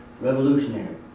revolutionary